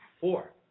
four